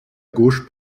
gauche